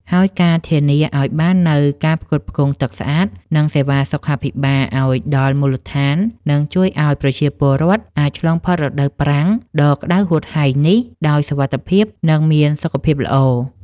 ហើយការធានាឱ្យបាននូវការផ្គត់ផ្គង់ទឹកស្អាត និងសេវាសុខាភិបាលឱ្យដល់មូលដ្ឋាន នឹងជួយឱ្យប្រជាពលរដ្ឋអាចឆ្លងផុតរដូវប្រាំងដ៏ក្ដៅហួតហែងនេះដោយសុវត្ថិភាព និងមានសុខភាពល្អ។